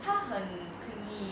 他很 clingy